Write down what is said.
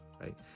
right